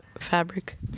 Fabric